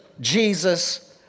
Jesus